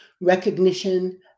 recognition